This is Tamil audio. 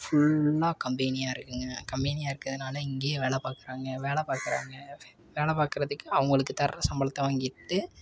ஃபுல்லாக கம்பெனியாக இருக்குங்க கம்பெனியாக இருக்கிறதுனால இங்கேயே வேலை பார்க்குறாங்க வேலை பார்க்குறாங்க வேலை பார்க்குறதுக்கு அவங்களுக்கு தர்ற சம்பளத்தை வாங்கிட்டு